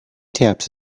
taps